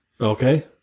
Okay